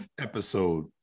episode